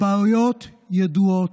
הבעיות ידועות,